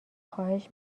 خواهش